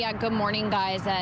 yeah, good morning, guys. and